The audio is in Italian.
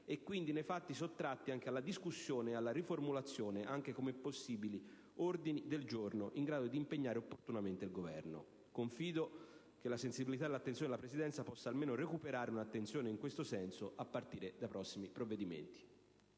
e quindi, nei fatti, sottratti alla discussione e anche alla riformulazione come possibili ordini del giorno in grado di impegnare opportunamente il Governo. Confido che la sensibilità della Presidenza possa recuperare un'attenzione in questo senso almeno a partire dai prossimi provvedimenti.